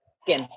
Skin